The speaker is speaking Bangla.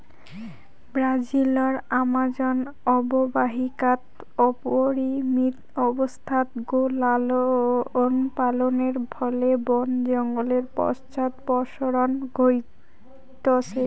ব্রাজিলর আমাজন অববাহিকাত অপরিমিত অবস্থাত গো লালনপালনের ফলে বন জঙ্গলের পশ্চাদপসরণ ঘইটছে